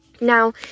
Now